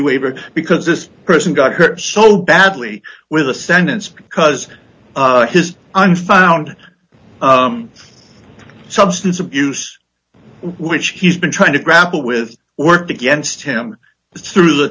waiver because this person got hurt so badly with the sentence because of his unfounded substance abuse which he's been trying to grapple with worked against him through the